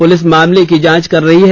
police मामले की जांच कर रही है